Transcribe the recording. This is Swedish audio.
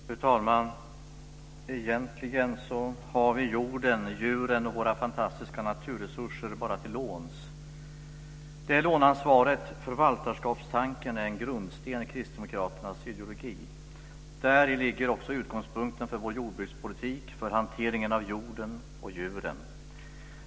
Fru talman! Egentligen har vi jorden, djuren och våra fantastiska naturresurser bara till låns. Det låneansvaret - förvaltarskapstanken - är en grundsten i kristdemokraternas ideologi. Däri ligger också utgångspunkten för vår jordbrukspolitik - för hanteringen av jorden och djuren.